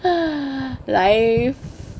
life